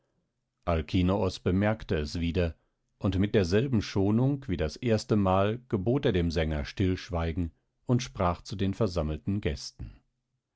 alkinoos bemerkte es wieder und mit derselben schonung wie das erste mal gebot er dem sänger stillschweigen und sprach zu den versammelten gästen